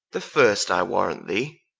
the first i warrant thee,